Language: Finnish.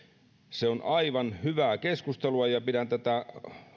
se on aivan hyvää keskustelua ja pidän tätä